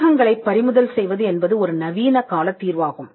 புத்தகங்களைப் பறிமுதல் செய்வது என்பது ஒரு நவீன கால தீர்வாகும்